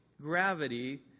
gravity